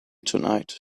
tonight